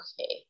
okay